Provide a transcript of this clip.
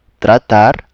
tratar